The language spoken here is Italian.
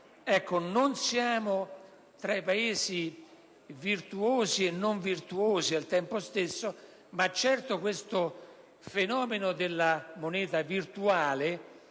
quindi, tra i Paesi virtuosi e non virtuosi al tempo stesso, ma certamente questo fenomeno della moneta virtuale